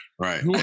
Right